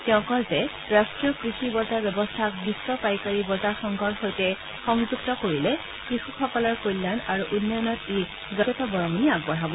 তেওঁ কয় যে ৰাষ্ট্ৰীয় কৃষি বজাৰ ব্যৱস্থাক বিশ্ব পাইকাৰী বজাৰ সংঘৰ সৈতে সংযুক্ত কৰিলে কৃষকসকলৰ কল্যাণ আৰু উন্নয়নত ই যথেষ্ট বৰঙণি আগবঢ়াব